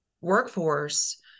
workforce